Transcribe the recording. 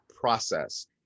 process